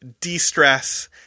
de-stress